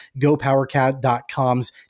gopowercat.com's